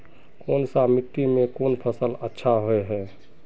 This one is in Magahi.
कोन सा मिट्टी में कोन फसल अच्छा होय है?